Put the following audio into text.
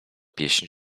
pieśń